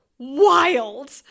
wild